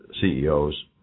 CEOs